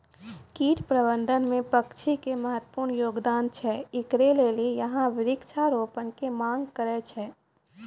कीट प्रबंधन मे पक्षी के महत्वपूर्ण योगदान छैय, इकरे लेली यहाँ वृक्ष रोपण के मांग करेय छैय?